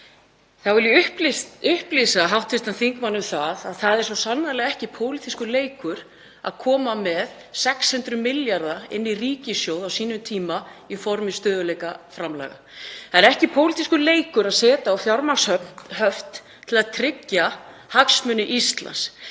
Þá vil ég upplýsa hv. þingmann um það að það er svo sannarlega ekki pólitískur leikur að koma með 600 milljarða inn í ríkissjóð á sínum tíma í formi stöðugleikaframlaga. Það er ekki pólitískur leikur að setja á fjármagnshöft til að tryggja hagsmuni Íslands.